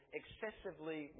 excessively